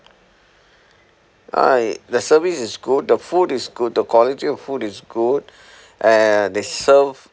uh i~ the service is good the food is good the quality of food is good and they serve